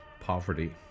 poverty